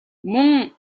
мөн